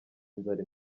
inzara